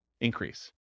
increase